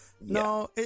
no